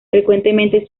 frecuentemente